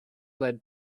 led